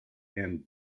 and